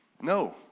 No